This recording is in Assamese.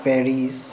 পেৰিছ